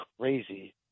crazy